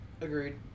Agreed